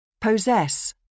Possess